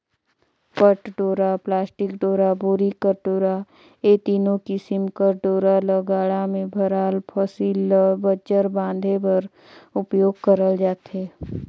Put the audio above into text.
पट डोरा, पलास्टिक डोरा, बोरी कर डोरा ए तीनो किसिम कर डोरा ल गाड़ा मे भराल फसिल ल बंजर बांधे बर उपियोग करल जाथे